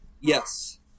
Yes